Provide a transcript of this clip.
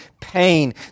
pain